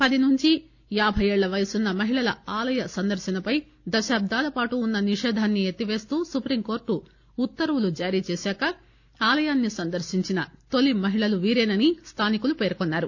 పది నుంచి యాబై ఏళ్ల వయస్సున్న మహిళల ఆలయ సందర్శనపై దశాబ్దాల పాటు ఉన్స నిషేధాన్సి ఎత్తివేస్తూ సుప్రీంకోర్టు ఉత్తర్వులు జారీచేశాక ఆలయాన్ని సందర్శించిన తొలి మహిళలు వీరేనని స్థానికులు పేర్కొన్సారు